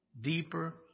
deeper